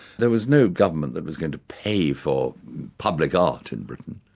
there was no government that was going to pay for public art in britain.